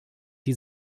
die